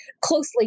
closely